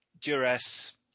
Duress